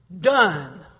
done